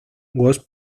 was